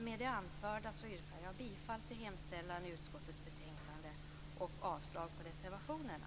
Med det anförda yrkar jag bifall till hemställan i utskottets betänkande och avslag på reservationerna.